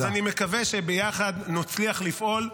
אז אני מקווה שביחד נצליח לפעול,